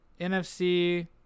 nfc